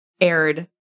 aired